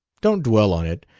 don't dwell on it!